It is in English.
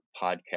podcast